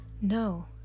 No